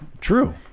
True